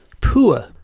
poor